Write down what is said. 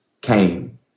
came